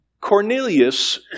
Cornelius